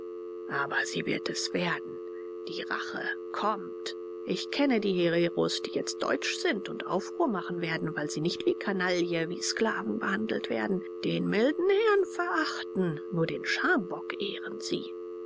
aber sie wird es werden die rache kommt ich kenne die hereros die jetzt deutsch sind und aufruhr machen werden weil sie nicht wie kanaille wie sklaven behandelt werden den milden herrn verachten nur den schambock ehren sie